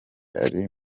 ari